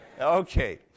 Okay